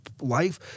life